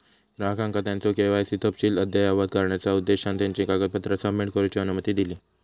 ग्राहकांका त्यांचो के.वाय.सी तपशील अद्ययावत करण्याचा उद्देशान त्यांची कागदपत्रा सबमिट करूची अनुमती दिली